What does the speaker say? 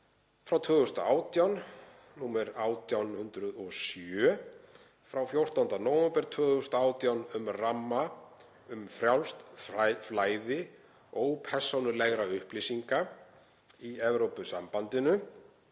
frá 2018, nr. 1807 frá 14. nóvember 2018, um ramma um frjálst flæði ópersónulegra upplýsinga í Evrópusambandinu